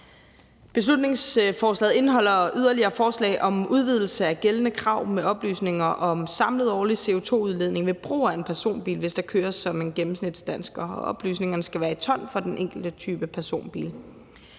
Beslutningsforslaget indeholder yderligere et forslag om en udvidelse af gældende krav med oplysninger om den samlede årlige CO2-udledning ved brug af en personbil, hvis der køres som en gennemsnitsdansker, og oplysningerne skal være i ton for den enkelte type personbil.